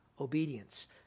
obedience